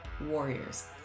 warriors